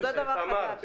זה דבר חדש.